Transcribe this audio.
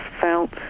felt